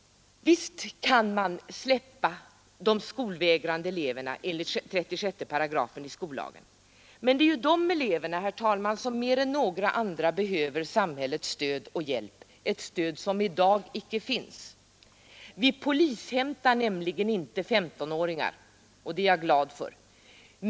Visst kan man släppa de skolvägrande eleverna enligt § 36 i skollagen, men det är de eleverna, herr talman, som mer än några andra behöver samhällets stöd och hjälp, ett stöd som de i dag inte får. Vi polishämtar nämligen inte femtonåringar, och det är jag glad för.